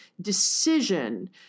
decision